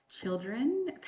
children